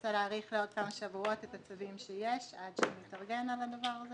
שננסה להאריך לעוד כמה שבועות את הצווים שיש עד שנתארגן על הדבר הזה,